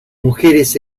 mujeres